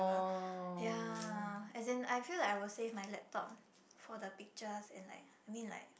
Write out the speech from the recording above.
ya as in I feel like I will save my laptop for the pictures and like I mean like